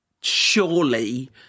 surely